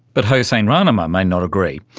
but hossein rahnama may not agree.